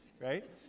Right